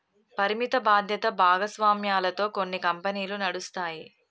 పరిమిత బాధ్యత భాగస్వామ్యాలతో కొన్ని కంపెనీలు నడుస్తాయి